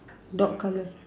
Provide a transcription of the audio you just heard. dog colour